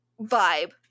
vibe